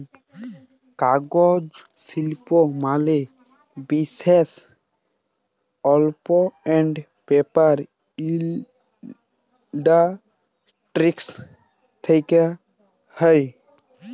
কাগজ শিল্প ম্যালা বিসেস পাল্প আন্ড পেপার ইন্ডাস্ট্রি থেক্যে হউ